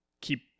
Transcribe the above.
keep